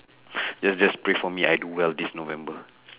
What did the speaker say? just just pray for me I do well for this november